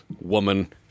woman